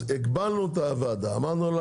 הגבלנו את הוועדה ואמרנו,